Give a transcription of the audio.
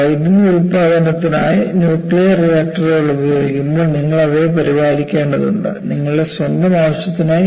വൈദ്യുതി ഉൽപാദനത്തിനായി ന്യൂക്ലിയർ റിയാക്ടറുകൾ ഉപയോഗിക്കുമ്പോൾ നിങ്ങൾ അവയെ പരിപാലിക്കേണ്ടതുണ്ട് നിങ്ങളുടെ സ്വന്തം ആവശ്യത്തിനായി